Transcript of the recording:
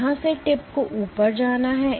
यहां से टिप को ऊपर जाना है